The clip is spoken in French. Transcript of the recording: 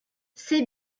c’est